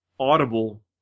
audible